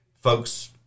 Folks